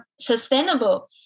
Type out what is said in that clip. sustainable